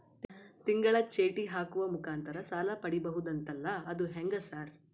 ತಿಂಗಳ ಚೇಟಿ ಹಾಕುವ ಮುಖಾಂತರ ಸಾಲ ಪಡಿಬಹುದಂತಲ ಅದು ಹೆಂಗ ಸರ್?